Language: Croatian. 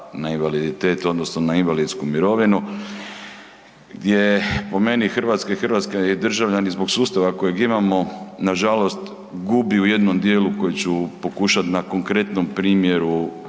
na invaliditet odnosno na invalidsku mirovinu gdje po meni Hrvatska i hrvatski državljani zbog sustava kojeg imamo, nažalost gube u jednom djelu koji ću pokušat na konkretnom primjeru